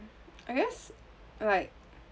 I guess like